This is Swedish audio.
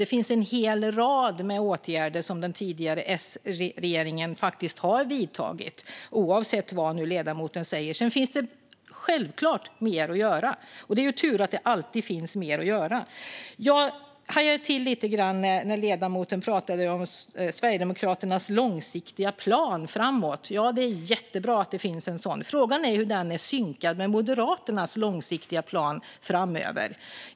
Det finns en hel rad med åtgärder som den tidigare S-regeringen har vidtagit, oavsett vad ledamoten nu säger. Sedan finns det självklart mer att göra, och det är ju tur. Jag hajade till lite grann när ledamoten pratade om Sverigedemokraternas långsiktiga plan framåt. Det är jättebra att det finns en sådan. Frågan är bara hur den är synkad med Moderaternas långsiktiga plan framöver.